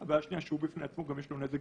ובעיה שנייה, שהוא בפני עצמו יש לו נזק